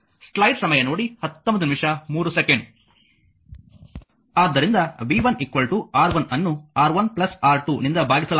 ಆದ್ದರಿಂದ v 1 R1 ಅನ್ನು R1 R2 ನಿಂದ ಭಾಗಿಸಲಾಗಿದೆ